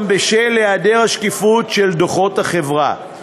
גם בשל היעדר השקיפות של דוחות החברה";